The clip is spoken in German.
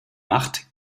macht